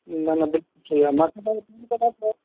न न बिल्कुलु सही आहे